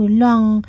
long